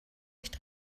nicht